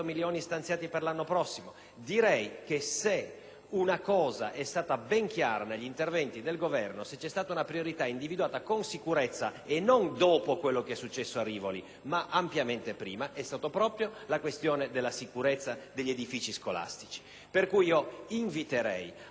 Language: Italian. prossimo. Se una cosa è stata ben chiara negli interventi del Governo e se vi è stata una priorità individuata con sicurezza, non dopo quello che è successo a Rivoli ma ampiamente prima, è stata proprio la questione della sicurezza degli edifici scolastici. Inviterei quindi ad evitare questo tipo di